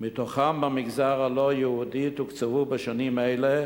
מתוכם במגזר הלא-יהודי תוקצבו בשנים אלה